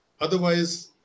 Otherwise